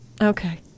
Okay